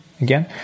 again